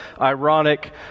ironic